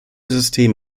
system